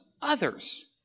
others